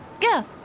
go